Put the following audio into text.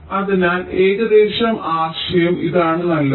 അതിനാൽ ഏകദേശം ആശയം ഇതാണ് നല്ലത്